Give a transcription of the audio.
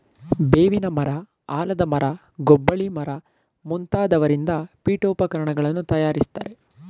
ಬೇವಿನ ಮರ, ಆಲದ ಮರ, ಗೊಬ್ಬಳಿ ಮರ ಮುಂತಾದವರಿಂದ ಪೀಠೋಪಕರಣಗಳನ್ನು ತಯಾರಿಸ್ತರೆ